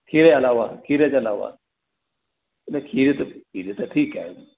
खीर जे अलावा खीर जे अलावा न खीर त खीर त ठीकु आहे